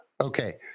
Okay